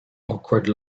awkward